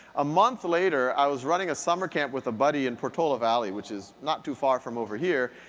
a month later i was running a summer camp with a buddy in portola valley, which is not too far from over here.